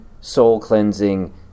soul-cleansing